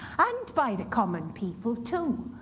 and by the common people, too,